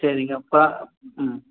சரிங்க அப்போ ம்